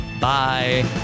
Bye